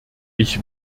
ich